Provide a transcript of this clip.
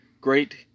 great